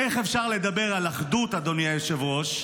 איך אפשר לדבר על אחדות, אדוני היושב-ראש,